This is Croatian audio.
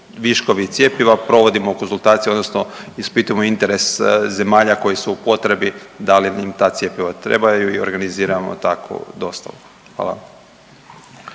viškovi cjepiva provodimo konzultacije, odnosno ispitujemo interes zemalja koji su u potrebi da li im ta cjepiva trebaju i organiziramo takvu dostavu. Hvala.